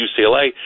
UCLA